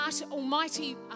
almighty